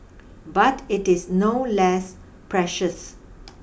but it is no less precious